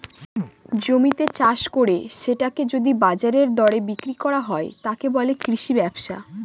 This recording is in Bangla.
জমিতে চাষ করে সেটাকে যদি বাজারের দরে বিক্রি করা হয়, তাকে বলে কৃষি ব্যবসা